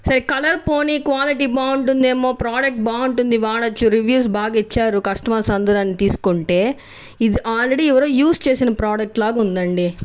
సరే కలర్ పోనీ క్వాలిటీ బాగుంటుంది ఏమో ప్రోడక్ట్ బాగుంటుంది వాడవచ్చు రివ్యూస్ బాగా ఇచ్చారు కస్టమర్స్ అందరు అని తీసుకుంటే ఇది ఆల్రెడీ ఎవరో యూజ్ చేసిన ప్రోడక్ట్ లాగా ఉందండీ